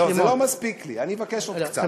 לא, זה לא מספיק לי, אני אבקש עוד קצת.